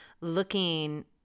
looking